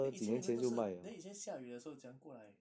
then 以前你们都是 then 以前下雨的时候怎样过来